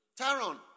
Taron